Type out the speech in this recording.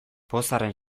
pozarren